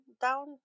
down